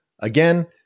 Again